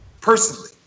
personally